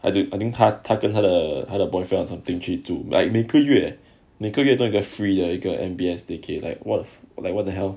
I think 他他跟他的他的 boyfriend or something 去住 like 每个月每个月 get free 的 M_B_S staycay [what] like what the hell